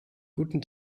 guten